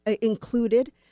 included